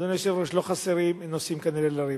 אדוני היושב-ראש, לא חסרים נושאים כנראה לריב.